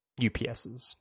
UPSs